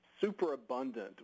superabundant